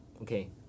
okay